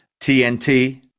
TNT